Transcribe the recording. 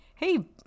hey